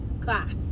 class